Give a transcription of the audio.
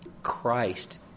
Christ